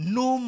no